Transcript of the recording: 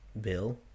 Bill